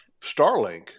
Starlink